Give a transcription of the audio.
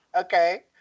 okay